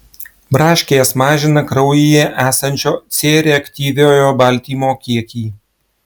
braškės mažina kraujyje esančio c reaktyviojo baltymo kiekį